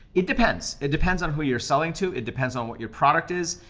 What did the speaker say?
it depends. it depends on who you're selling to. it depends on what your product is.